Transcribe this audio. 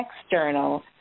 external